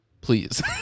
Please